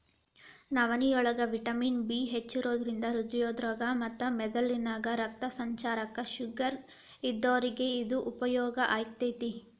ನವನಿಯೋಳಗ vitamin B ಹೆಚ್ಚಿರೋದ್ರಿಂದ ಹೃದ್ರೋಗ ಮತ್ತ ಮೆದಳಿಗೆ ರಕ್ತ ಸಂಚಾರಕ್ಕ, ಶುಗರ್ ಇದ್ದೋರಿಗೆ ಇದು ಉಪಯೋಗ ಆಕ್ಕೆತಿ